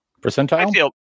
percentile